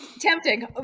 Tempting